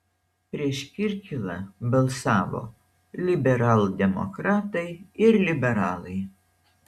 prieš kirkilą balsavo liberaldemokratai ir liberalai